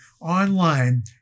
online